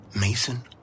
Mason